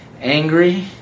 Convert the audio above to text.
angry